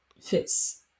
fits